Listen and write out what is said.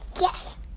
Yes